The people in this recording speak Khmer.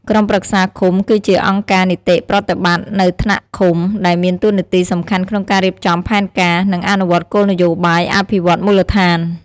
ក្រុមប្រឹក្សាឃុំគឺជា អង្គការនីតិប្រតិបត្តិនៅថ្នាក់ឃុំ ដែលមានតួនាទីសំខាន់ក្នុងការរៀបចំផែនការ និងអនុវត្តគោលនយោបាយអភិវឌ្ឍន៍មូលដ្ឋាន។